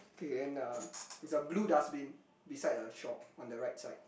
okay then uh there is a blue dustbin beside a shop on the right side